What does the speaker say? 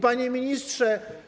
Panie Ministrze!